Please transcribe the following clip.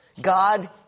God